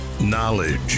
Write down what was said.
Knowledge